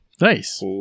nice